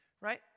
Right